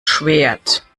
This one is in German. schwert